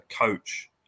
coach